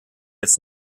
gets